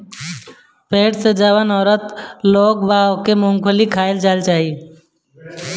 पेट से जवन औरत लोग बा ओके मूंगफली खाए के चाही